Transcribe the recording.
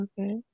Okay